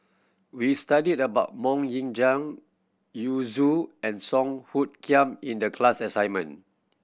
we studied about Mok Ying Jang Yu Zhuye and Song Hoot Kiam in the class assignment